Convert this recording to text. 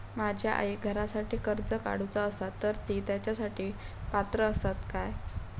माझ्या आईक घरासाठी कर्ज काढूचा असा तर ती तेच्यासाठी पात्र असात काय?